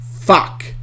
Fuck